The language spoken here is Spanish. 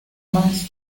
más